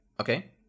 okay